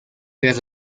tras